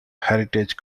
heritage